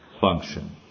function